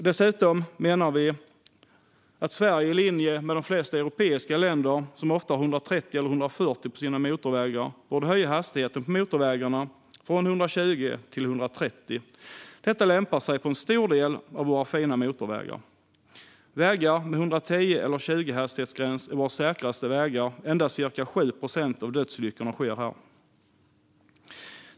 Dessutom menar vi att Sverige i linje med de flesta europeiska länder, som ofta har 130 eller 140 på sina motorvägar, borde höja hastigheten på motorvägarna från 120 till 130. Detta lämpar sig på en stor del av våra fina motorvägar. Vägar med en hastighetsgräns på 110 eller 120 är våra säkraste vägar. Endast cirka 7 procent av dödsolyckorna sker där.